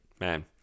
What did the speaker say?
Man